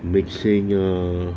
mixing ah